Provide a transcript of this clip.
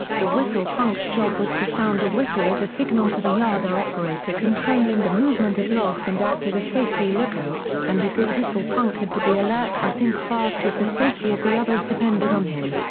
the whistle punk's job was to sound a whistle as a signal to the yarder operator controlling the movement of logs and act as a safety lookout, and a good whistle punk had to be alert and think fast as the safety of the others depended on him.